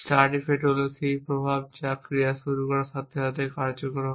start effect হল সেই প্রভাব যা ক্রিয়া শুরু হওয়ার সাথে সাথে কার্যকর হয়